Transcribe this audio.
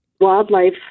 wildlife